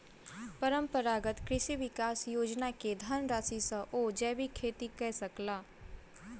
परंपरागत कृषि विकास योजना के धनराशि सॅ ओ जैविक खेती कय सकला